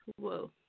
Whoa